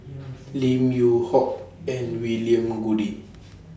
Lim Yew Hock and William Goode